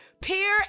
peer